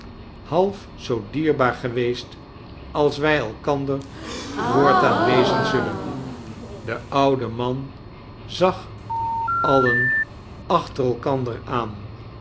half zoo dierbaar geweest als wij elkander voortaan wezen zullen de oude man zag alien achter elkander aan